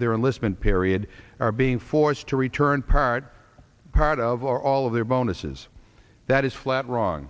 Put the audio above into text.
of their enlistment period are being forced to return part part of or all of their bonuses that is flat wrong